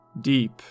deep